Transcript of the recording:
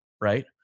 right